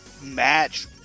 match